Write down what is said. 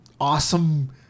awesome